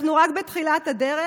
אנחנו רק בתחילת הדרך,